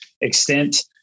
extent